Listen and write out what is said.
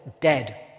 dead